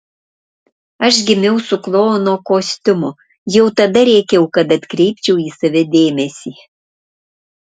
aš gimiau su klouno kostiumu jau tada rėkiau kad atkreipčiau į save dėmesį